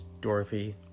Dorothy